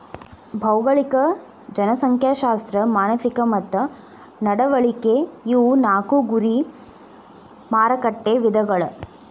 ಭೌಗೋಳಿಕ ಜನಸಂಖ್ಯಾಶಾಸ್ತ್ರ ಮಾನಸಿಕ ಮತ್ತ ನಡವಳಿಕೆ ಇವು ನಾಕು ಗುರಿ ಮಾರಕಟ್ಟೆ ವಿಧಗಳ